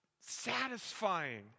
satisfying